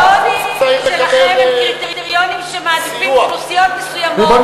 אבל הקריטריונים שלכם הם קריטריונים שמעדיפים אוכלוסיות מסוימות שהן לא,